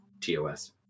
tos